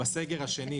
בסגר השני,